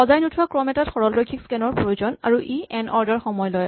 সজাই নোথোৱা ক্ৰম এটাত সৰলৰৈখিত স্কেন ৰ প্ৰয়োজন আৰু ই এন অৰ্ডাৰ সময় লয়